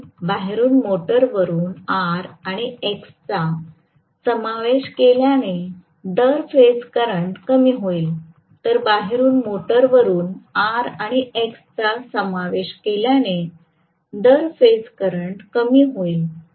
म्हणून बाहेरून मोटर वरून आर आणि एक्सचा समावेश केल्याने दर फेज करंट कमी होईल तर बाहेरून मोटर वरून आर आणि एक्सचा समावेश केल्याने दर फेज करंट कमी होईल